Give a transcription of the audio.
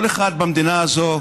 כל אחד במדינה הזאת,